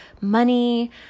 money